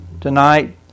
tonight